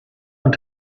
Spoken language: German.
und